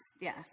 yes